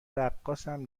رقاصم